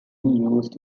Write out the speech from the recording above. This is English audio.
used